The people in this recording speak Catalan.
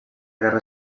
guerra